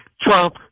Trump